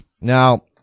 Now